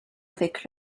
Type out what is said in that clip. avec